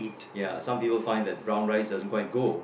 ya some people find that brown rice doesn't quite go